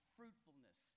fruitfulness